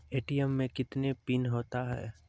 ATM मे कितने PIN होता हैं?